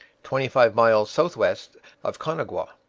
twenty-five miles south-west of caughnawaga,